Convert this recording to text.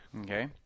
Okay